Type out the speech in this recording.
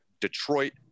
Detroit